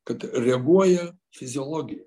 kad reaguoja fiziologija